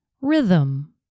rhythm